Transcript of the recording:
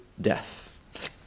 death